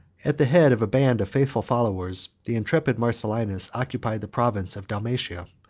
at the head of a band of faithful followers, the intrepid marcellinus occupied the province of dalmatia,